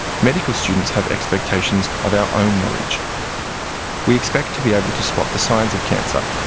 medical students have expectations of our own knowledge we expect to be able to spot the signs of cancer,